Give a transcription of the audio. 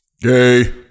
gay